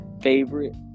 favorite